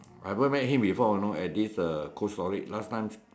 I even met him before you know at this uh cold storage last time